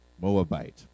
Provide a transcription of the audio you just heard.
Moabite